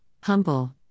humble